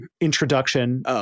introduction